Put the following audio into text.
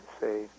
say